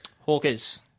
Hawkers